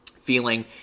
feeling